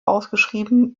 ausgeschrieben